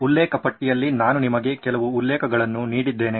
ಉಲ್ಲೇಖ ಪಟ್ಟಿಯಲ್ಲಿ ನಾನು ನಿಮಗೆ ಕೆಲವು ಉಲ್ಲೇಖಗಳನ್ನು ನೀಡಿದ್ದೇನೆ